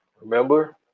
remember